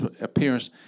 appearance